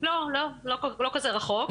לא, לא כזה רחוק.